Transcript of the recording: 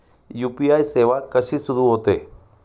UPI सेवा कशी सुरू होते?